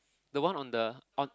the one on the on